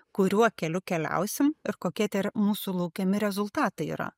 kuriuo keliu keliausim ir kokie tie mūsų laukiami rezultatai yra